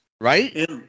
right